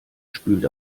spült